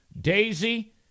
Daisy